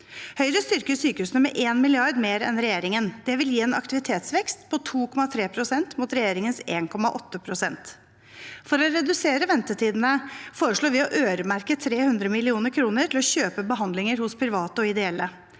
Høyre styrker sykehusene med 1 mrd. kr mer enn regjeringen. Det vil gi en aktivitetsvekst på 2,3 pst. mot regjeringens 1,8 pst. For å redusere ventetidene foreslår vi å øremerke 300 mill. kr til å kjøpe behandlinger hos private og ideelle.